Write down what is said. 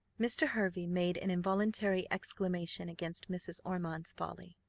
mr. hervey made an involuntary exclamation against mrs. ormond's folly.